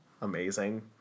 amazing